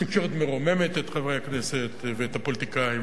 התקשורת מרוממת את חברי הכנסת ואת הפוליטיקאים,